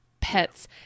pets